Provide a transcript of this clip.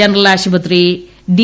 general ആശുപത്രി D